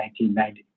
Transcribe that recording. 1990